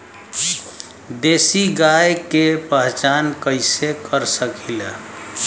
देशी गाय के पहचान कइसे कर सकीला?